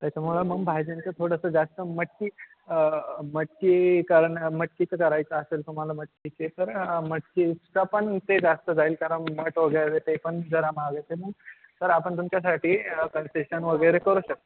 त्याच्यामुळं मं भाज्यांचं थोडंसं जास्त मटकी मटकी कारण मटकीचं करायचं असेल तुम्हाला मटकीचे तर मटकीचा पण ते जास्त जाईल कारण मट वगैरे ते पण जरा महाग आहेत त्याने तर आपण तुमच्यासाठी कन्सेशन वगैरे करू शकतो